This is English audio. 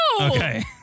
Okay